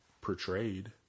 portrayed